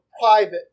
private